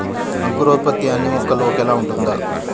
అంకురోత్పత్తి అన్నీ మొక్కల్లో ఒకేలా ఉంటుందా?